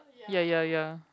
ya ya ya